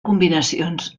combinacions